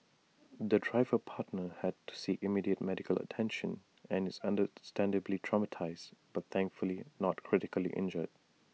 the driver partner had to seek immediate medical attention and is understandably traumatised but thankfully not critically injured